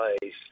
place